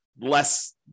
less